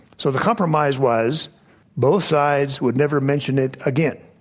so, the compromise was both sides would never mention it again.